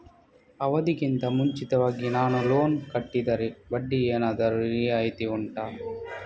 ಅವಧಿ ಗಿಂತ ಮುಂಚಿತವಾಗಿ ನಾನು ಲೋನ್ ಕಟ್ಟಿದರೆ ಬಡ್ಡಿ ಏನಾದರೂ ರಿಯಾಯಿತಿ ಉಂಟಾ